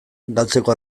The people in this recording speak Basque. galtzeko